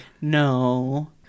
No